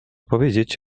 powiedzieć